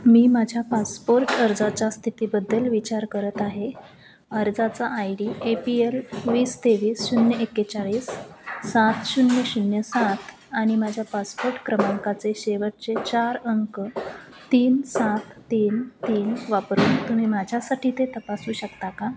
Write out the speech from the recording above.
मी माझ्या पासपोर्ट अर्जाच्या स्थितीबद्दल विचार करत आहे अर्जाचा I D A P L वीस तेवीस शून्य एक्केचाळीस सात शून्य शून्य सात आणि माझ्या पासपोर्ट क्रमांकाचे शेवटचे चार अंक तीन सात तीन तीन वापरून तुम्ही माझ्यासाठी ते तपासू शकता का